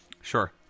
Sure